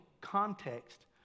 context